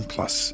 Plus